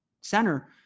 center